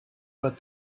but